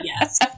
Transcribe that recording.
yes